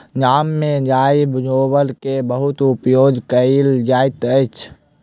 गाम में गाय गोबर के बहुत उपयोग कयल जाइत अछि